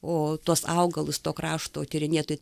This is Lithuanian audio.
o tuos augalus to krašto tyrinėtojai